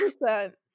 percent